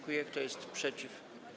Kto jest przeciw?